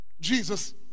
Jesus